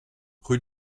rue